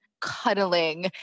cuddling